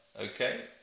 okay